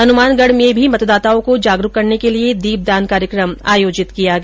हनुमानगढ़ में भी मतदाताओं को जागरूक करने के लिए दीपदान कार्यक्रम आयोजित किया गया